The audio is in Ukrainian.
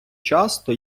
часто